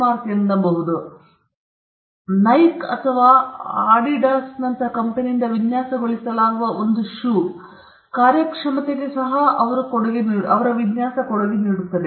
ಈಗ ನೋಂದಾಯಿತ ವಿನ್ಯಾಸವನ್ನು ಅರ್ಥಮಾಡಿಕೊಳ್ಳಲು ನಾನು ನಿಮಗೆ ಈ ಉದಾಹರಣೆಯನ್ನು ನೀಡುತ್ತೇನೆ ನೈಕ್ ಅಥವಾ ಅಡೀಡಸ್ನಂತಹ ಕಂಪೆನಿಯಿಂದ ವಿನ್ಯಾಸಗೊಳಿಸಲಾದ ಒಂದು ಷೂ ಕಾರ್ಯಕ್ಷಮತೆಗೆ ಸಹ ಕೊಡುಗೆ ನೀಡುವ ಕೆಲವು ವಿನ್ಯಾಸ ಅಂಶಗಳನ್ನು ಹೊಂದಿರುತ್ತದೆ